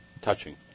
Touching